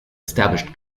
established